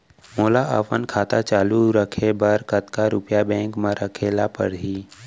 मोला अपन खाता चालू रखे बर कतका रुपिया बैंक म रखे ला परही?